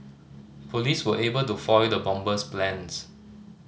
police were able to foil the bomber's plans